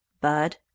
bud